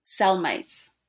cellmates